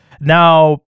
Now